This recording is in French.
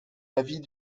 l’avis